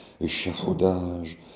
échafaudage